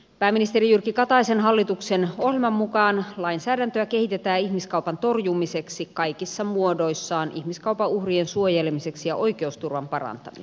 pääministeri jyrki kataisen hallituksen ohjelman mukaan lainsäädäntöä kehitetään ihmiskaupan torjumiseksi kaikissa muodoissaan ihmiskaupan uhrien suojelemiseksi ja oikeusturvan parantamiseksi